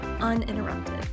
uninterrupted